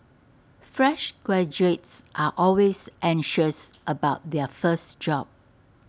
fresh graduates are always anxious about their first job